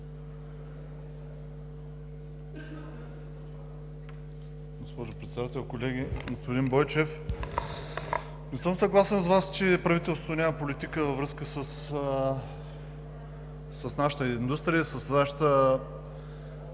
госпожо Председател, колеги! Господин Бойчев, не съм съгласен с Вас, че правителството няма политика във връзка с нашата индустрия, с фирмите,